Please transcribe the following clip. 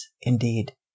indeed